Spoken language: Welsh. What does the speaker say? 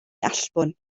allbwn